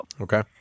Okay